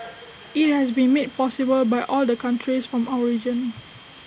IT has been made possible by all the countries from our region